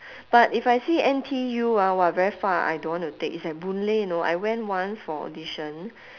but if I see N_T_U ah !wah! very far I don't want to take it's at boon-lay know I went once for audition